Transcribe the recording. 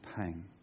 pain